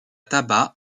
tabac